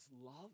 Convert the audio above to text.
love